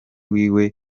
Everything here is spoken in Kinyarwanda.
wiwe